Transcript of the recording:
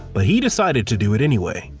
but he decided to do it anyway.